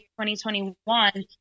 2021